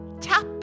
Tap